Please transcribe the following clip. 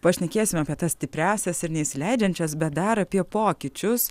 pašnekėsim apie tas stipriąsias ir neįsileidžiančias bet dar apie pokyčius